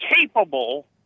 capable